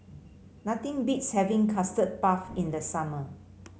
nothing beats having Custard Puff in the summer